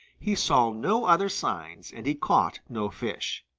he saw no other signs and he caught no fish.